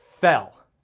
fell